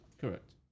Correct